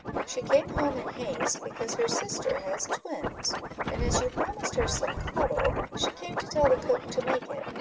she came home in haste, because her sister has twins and as you promised her some caudle, she came to tell the cook to make it,